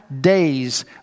days